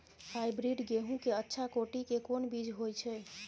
Hybrid गेहूं के अच्छा कोटि के कोन बीज होय छै?